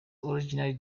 originally